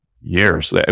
years